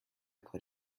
put